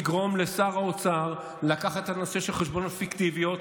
תגרום לשר האוצר לקחת את הנושא של חשבוניות פיקטיביות,